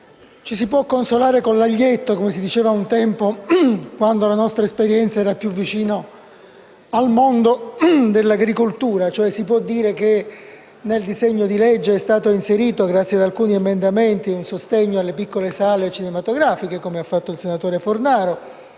ci si può "consolare con l'aglietto", come si diceva un tempo quando la nostra esperienza era più vicina al mondo dell'agricoltura. Si può, cioè, dire che nel disegno di legge è stato inserito, grazie ad alcuni emendamenti, un sostegno alle piccole sale cinematografiche, come ha fatto il senatore Fornaro,